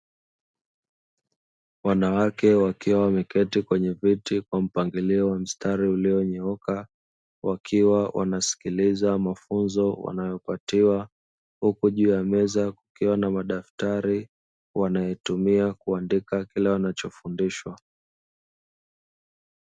Wanawake wakiwa wameketi kwenye viti kwa mpangilio wa mstari ulionyooka, wakiwa wanasikiliza mafunzo wanayopatiwa, huku juu ya meza kukiwa na madaftari wanayotumia kuandika kile wanachofundishwa.